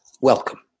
welcome